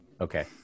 Okay